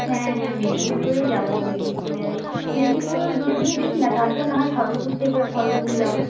হ্যাঁ হ্যাঁ মেদিনীপুরেই যাব মেদিনীপুর গেলেই মেদিনীপুর গিয়ে দেখি না তারপর না হয় খড়্গপুর থেকে খড়্গপুর যাব